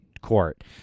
court